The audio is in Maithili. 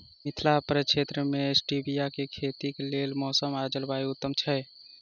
मिथिला प्रक्षेत्र मे स्टीबिया केँ खेतीक लेल मौसम आ जलवायु उत्तम छै?